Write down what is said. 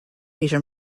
asia